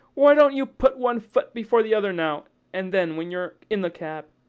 why don't you put one foot before the other now and then when you're in the cab?